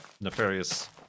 nefarious